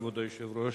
כבוד היושב-ראש,